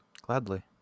Gladly